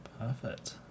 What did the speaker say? Perfect